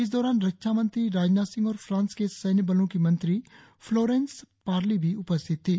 इस दौरान रक्षामंत्री राजनाथ सिंह और फ्रांस के सैन्यबलों की मंत्री फ्लोरेंस पार्ली भी उपस्थित थीं